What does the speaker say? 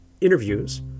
interviews